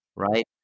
right